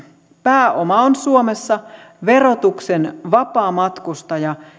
pääoma on suomessa verotuksen vapaamatkustaja